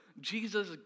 Jesus